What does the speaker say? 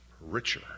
richer